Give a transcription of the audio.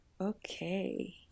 okay